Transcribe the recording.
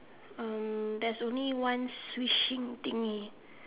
um there's only one swishing thingy